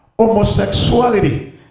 homosexuality